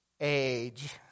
age